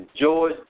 George